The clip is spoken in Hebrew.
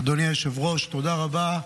אדוני היושב-ראש, תודה רבה.